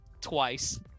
twice